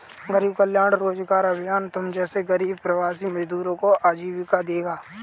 गरीब कल्याण रोजगार अभियान तुम जैसे गरीब प्रवासी मजदूरों को आजीविका देगा